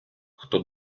хто